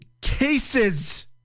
cases